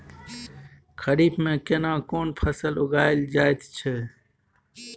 खरीफ में केना कोन फसल उगायल जायत छै?